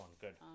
Good